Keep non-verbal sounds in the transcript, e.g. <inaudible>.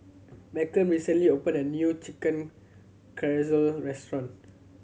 Beckham recently opened a new Chicken <unintelligible> restaurant